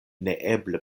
neeble